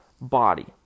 body